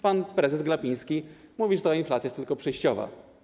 Pan prezes Glapiński mówi, że ta inflacja jest tylko przejściowa.